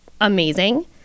amazing